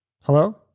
Hello